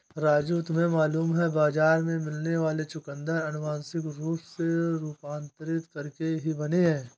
राजू तुम्हें मालूम है बाजार में मिलने वाले चुकंदर अनुवांशिक रूप से रूपांतरित करके ही बने हैं